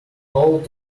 old